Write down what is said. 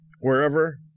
wherever